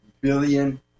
billion